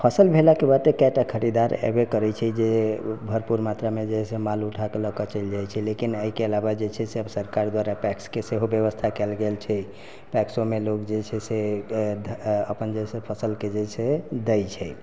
फसल भेलाके बाद तऽ कैटा खरीदार अयबे करैत छै जे भरपूर मात्रामे जे छै से माल उठाके लऽ के चलि जाइत छै लेकिन आइ काल्हि आब जे छै से सरकार द्वारा पैक्सके सेहो व्यवस्था कयल गेल छै पैक्सोमे लोक जे छै से अपन जे छै से फसलके जे छै से दै छै